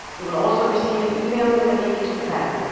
you will also receive an email with a link to the pattern.